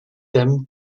them